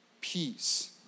peace